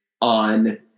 on